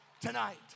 Tonight